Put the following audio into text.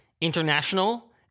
international